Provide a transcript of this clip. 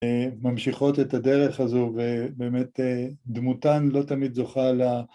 ‫ממשיכות את הדרך הזו, ‫ובאמת דמותן לא תמיד זוכה ל...